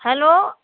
hello